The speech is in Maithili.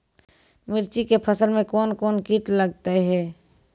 मिर्ची के फसल मे कौन कौन कीट लगते हैं?